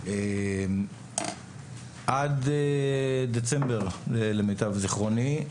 עד דצמבר, למיטב זכרוני,